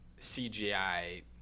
cgi